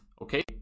okay